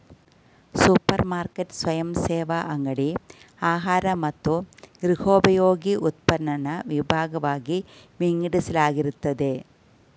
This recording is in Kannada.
ಸೂಪರ್ ಮಾರ್ಕೆಟ್ ಸ್ವಯಂಸೇವಾ ಅಂಗಡಿ ಆಹಾರ ಮತ್ತು ಗೃಹೋಪಯೋಗಿ ಉತ್ಪನ್ನನ ವಿಭಾಗ್ವಾಗಿ ವಿಂಗಡಿಸಲಾಗಿರ್ತದೆ